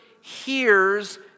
hears